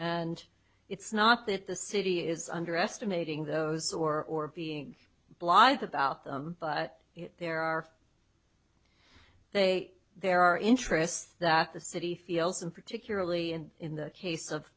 and it's not that the city is underestimating those or being blogged about them but there are they there are interests that the city feels and particularly in the case of